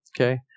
Okay